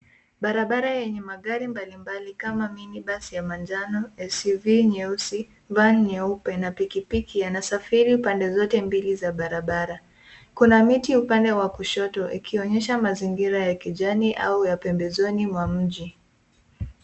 Barabara yenye magari mbalimbali kama minibus ya manjano, SUV nyeusi, van nyeupe na pikipiki yanasafiri pande zote mbili za barabara. Kuna miti upande wa kushoto ikionyesha mazingira ya kijani au ya pembezoni mwa mji.